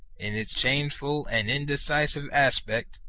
in its changeful and indecisive aspect,